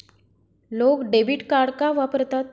लोक debit card का वापरतात?